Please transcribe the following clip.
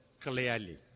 clearly